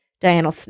Diana